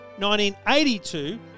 1982